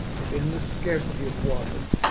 and in the scarcity of water,